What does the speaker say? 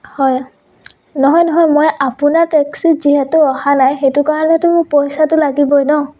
হয় নহয় নহয় মই আপোনাৰ টেক্সীত যিহেতু অহা নাই সেইটো কাৰণেতো মোৰ পইচাটো লাগিবই ন